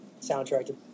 soundtrack